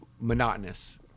monotonous